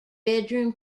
bedroom